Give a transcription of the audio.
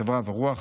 חברה ורוח,